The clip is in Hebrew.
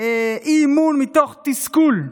אי-אמון מתוך תסכול.